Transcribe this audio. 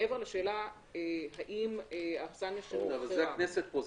מעבר לשאלה האם האכסניה היא --- אבל זה הכנסת פה,